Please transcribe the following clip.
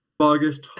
august